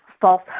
false